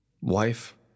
Wife